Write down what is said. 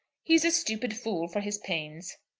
he's a stupid fool for his pains.